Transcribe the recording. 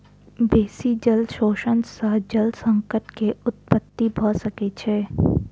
बेसी जल शोषण सॅ जल संकट के उत्पत्ति भ सकै छै